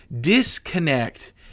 disconnect